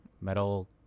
metal